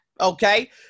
okay